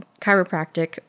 chiropractic